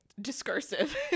discursive